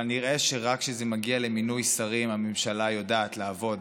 אבל נראה שרק כשזה מגיע למינוי שרים הממשלה יודעת לעבוד.